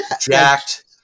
jacked